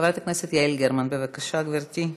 חברת הכנסת יעל גרמן, בבקשה, גברתי.